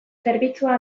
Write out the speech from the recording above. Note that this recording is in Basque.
zerbitzua